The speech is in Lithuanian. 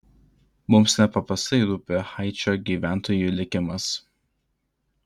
mums nepaprastai rūpi haičio gyventojų likimas